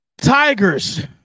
Tigers